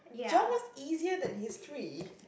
geog was easier than history